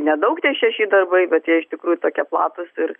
nedaug tie šeši darbai bet jie iš tikrųjų tokie platūs ir